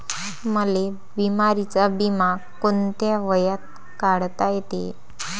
मले बिमारीचा बिमा कोंत्या वयात काढता येते?